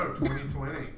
2020